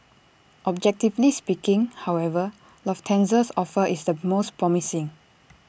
objectively speaking however Lufthansa's offer is the most promising